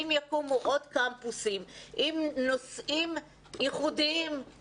אם יקומו עוד קמפוסים עם נשואים ייחודיים,